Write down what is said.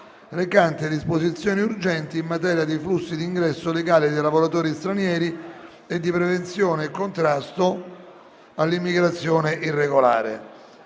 recante disposizioni urgenti in materia di flussi di ingresso legale dei lavoratori stranieri e di prevenzione e contrasto all'immigrazione irregolare,